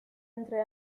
entre